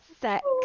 sex